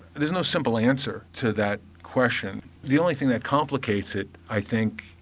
there's no simple answer to that question. the only thing that complicates it i think,